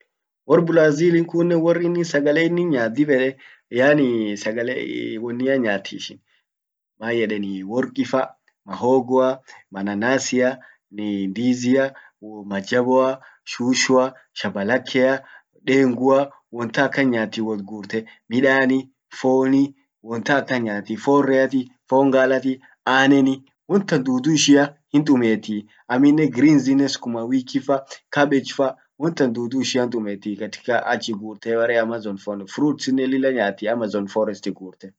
Wor Brazilinen kunnen sagale inin nyaat dib ede nyaani wonnia nyaati ishin mayeden workifa, mahogo mananasia, ndizia, majaboa, shushua, shabalakea, dengua, wontan akan nyaati wot gurte. Midani, foni won tan akan nyaati. Fon reati, fon galati, aneni. wontan dudu ishia hintumieti .amminen greens inn, sukumawikifa, cabbage fa, won tan dudu ishia hintumieti katika achi gurte bare amazoni fruits inen lilla nyaati bare amazon foresti gurte.